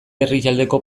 herrialdeko